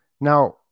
now